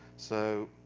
so